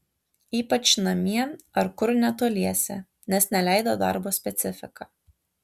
ypač namie ar kur netoliese nes neleido darbo specifika